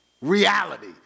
reality